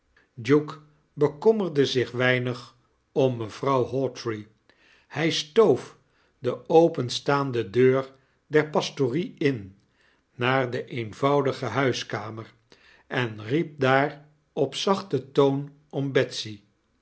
duke bekommerde zich weinig om mevrouw hawtrey hij stoof de openstaande deur der pastorie in naar de eenvoudige huiskamer en riep daar op zachten toon om betsy